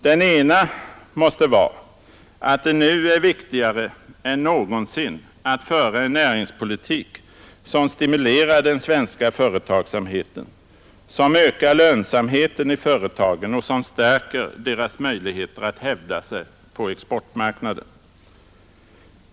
Den ena slutsatsen måste vara att det nu är viktigare än någonsin att föra en näringspolitik som stimulerar den svenska företagsamheten, som ökar lönsamheten i företagen och som stärker deras möjligheter att hävda sig på exportmarknaden.